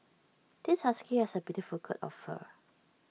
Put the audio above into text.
this husky has A beautiful coat of fur